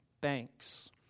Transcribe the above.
banks